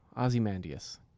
Ozymandias